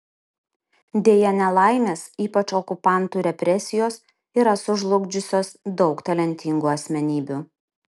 deja nelaimės ypač okupantų represijos yra sužlugdžiusios daug talentingų asmenybių